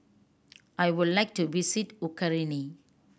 I would like to visit Ukraine